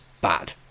bad